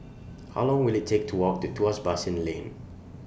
How Long Will IT Take to Walk to Tuas Basin Lane